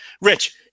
Rich